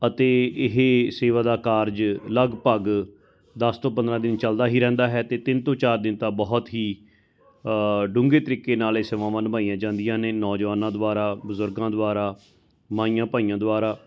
ਅਤੇ ਇਹ ਸੇਵਾ ਦਾ ਕਾਰਜ ਲਗਭਗ ਦਸ ਤੋਂ ਪੰਦਰ੍ਹਾਂ ਦਿਨ ਚੱਲਦਾ ਹੀ ਰਹਿੰਦਾ ਹੈ ਅਤੇ ਤਿੰਨ ਤੋਂ ਚਾਰ ਦਿਨ ਤਾਂ ਬਹੁਤ ਹੀ ਡੂੰਘੇ ਤਰੀਕੇ ਨਾਲ ਇਹ ਸੇਵਾਵਾਂ ਨਿਭਾਈਆਂ ਜਾਂਦੀਆਂ ਨੇ ਨੌਜਵਾਨਾਂ ਦੁਆਰਾ ਬਜ਼ੁਰਗਾਂ ਦੁਆਰਾ ਮਾਈਆਂ ਭਾਈਆਂ ਦੁਆਰਾ